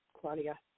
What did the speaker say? Claudia